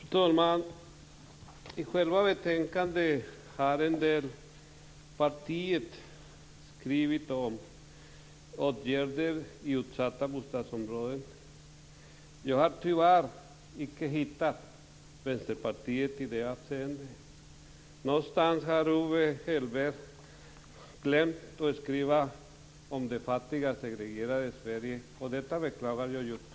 Fru talman! I betänkandet har olika partier skrivit om åtgärder i utsatta bostadsområden. Jag har tyvärr icke hittat något från Vänsterpartiet i det avseendet. Kanske hade Owe Hellberg glömt att skriva om de fattiga, segregerade Sverige. Detta beklagar jag djupt.